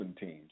teams